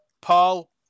Paul